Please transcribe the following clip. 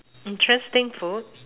interesting food